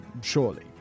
surely